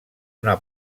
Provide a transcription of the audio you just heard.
una